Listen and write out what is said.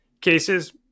cases